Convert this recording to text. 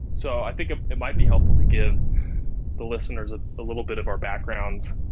so i think ah it might be helpful to give the listeners a ah little bit of our backgrounds.